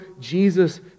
Jesus